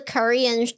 Korean